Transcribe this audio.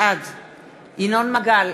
בעד ינון מגל,